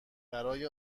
برای